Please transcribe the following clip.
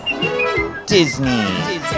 Disney